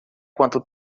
quanto